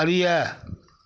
அறிய